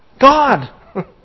God